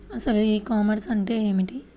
అసలు ఈ కామర్స్ అంటే ఏమిటి?